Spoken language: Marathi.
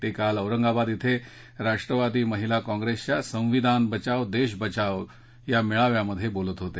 ते काल औरंगाबाद इथं राष्ट्रवादी महिला काँप्रेसच्या संविधान बचाव देश बचाव मेळाव्यात बोलत होते